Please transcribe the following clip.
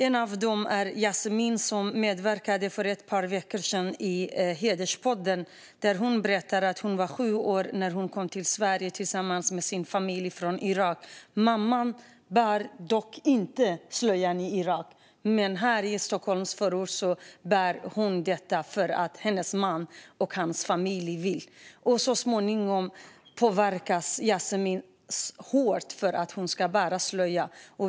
En av dem är Jasmine, som medverkade för ett par veckor sedan i Hederspodden, där hon berättade att hon var sju år när hon kom till Sverige tillsammans med sin familj från Irak. Mamman bär dock inte slöja i Irak, men här i en Stockholmsförort bär hon den för att hennes man och hans familj vill det. Så småningom påverkar man Jasmine hårt för att hon ska bära slöja.